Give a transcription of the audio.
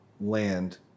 land